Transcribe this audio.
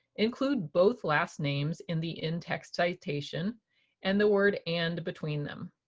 include both last names in the in-text citation and the word and between them.